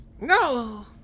No